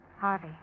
Harvey